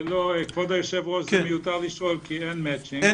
לא, כבוד היו"ר, מיותר לשאול כי אין מצ'ינג.